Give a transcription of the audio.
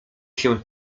się